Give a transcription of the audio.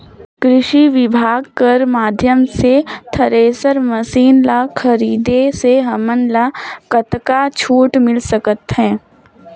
कृषि विभाग कर माध्यम से थरेसर मशीन ला खरीदे से हमन ला कतका छूट मिल सकत हे?